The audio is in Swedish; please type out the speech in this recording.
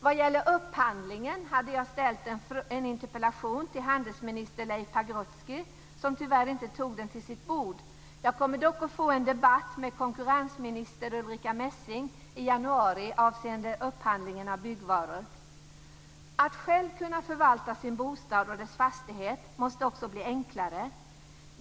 Jag har ställt en interpellation om upphandlingen till handelsminister Leif Pagrotsky som tyvärr inte tog den till sitt bord. Jag kommer dock att få en debatt med konkurrensminister Ulrica Messing i januari avseende upphandlingen av byggvaror. Att själv kunna förvalta sin bostad eller fastighet måste också bli enklare.